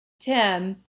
Tim